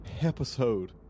episode